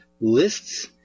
lists